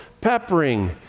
peppering